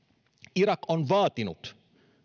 irak on vaatinut